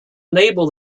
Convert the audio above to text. enable